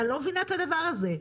אני לא מבינה את הדבר הזה.